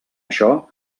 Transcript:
això